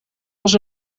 als